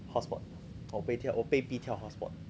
hotspot 我被我被逼跳 hotspot